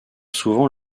souvent